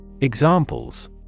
Examples